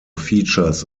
features